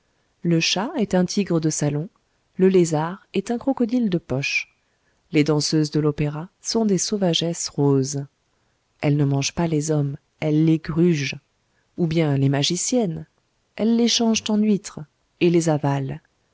le chat est un tigre de salon le lézard est un crocodile de poche les danseuses de l'opéra sont des sauvagesses roses elles ne mangent pas les hommes elles les grugent ou bien les magiciennes elles les changent en huîtres et les avalent